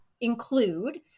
include